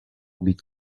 být